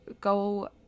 go